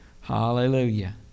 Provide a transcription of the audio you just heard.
Hallelujah